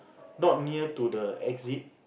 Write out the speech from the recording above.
not near to the exit